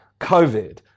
COVID